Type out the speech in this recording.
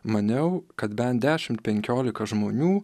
maniau kad bent dešimt penkiolika žmonių